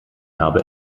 habe